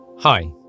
Hi